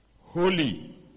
holy